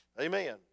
Amen